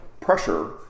pressure